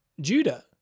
Judah